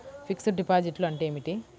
Fixed డిపాజిట్లు అంటే ఏమిటి?